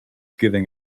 giving